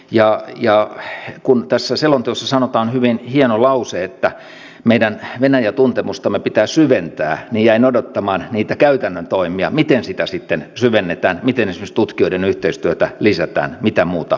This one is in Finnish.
ja kun tässä selonteossa sanotaan hyvin hieno lause että meidän venäjä tuntemustamme pitää syventää niin jäin odottamaan niitä käytännön toimia miten sitä sitten syvennetään miten esimerkiksi tutkijoiden yhteistyötä lisätään mitä muuta voi tehdä